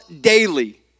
daily